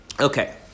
Okay